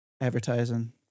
advertising